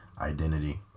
identity